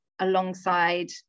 alongside